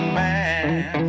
man